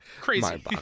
crazy